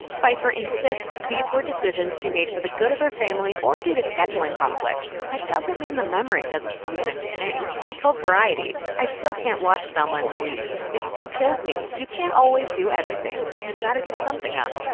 pfeiffer insists these were decisions she made for the good of her family or due to scheduling conflicts, but that doesn't mean the memory doesn't sometime sting. she told variety, i still can't watch thelma and louise. it still kills me. you can't always do everything. you've got to give something up.